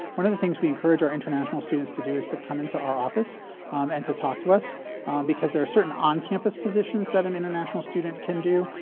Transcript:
one of the things we encourage our international students to do is to come into our office um and to talk to us because there are certain on-campus positions that an international student can do.